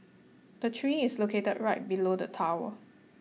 the tree is located right below the tower